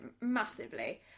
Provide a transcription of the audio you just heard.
massively